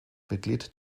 mitglied